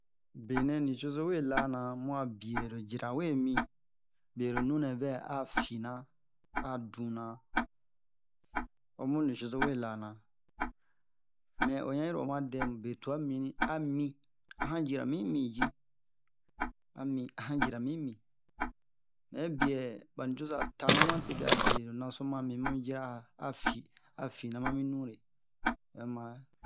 benɛ nucozo we lana mu'a biɛ lo jira we mi bie lo nure we'a fina a duna omu nucozo we lana mɛ o yan'iro oma dɛmube be tua mimini ami a han jira mimi ji ami a yan jira mimi ɛbiɛ ba nucoza tana ma tete abe lo naso mami mami jira a fi a fina mami nure obɛ mare